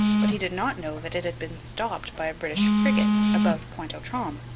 but he did not know that it had been stopped by a british frigate above pointe aux trembles,